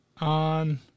on